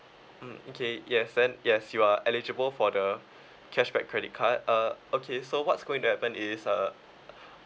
mm okay yes then yes you are eligible for the cashback credit card uh okay so what's going to happen is uh